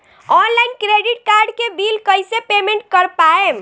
Online credit card के bill कइसे payment कर पाएम?